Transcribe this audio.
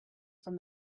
from